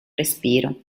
respiro